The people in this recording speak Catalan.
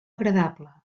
agradable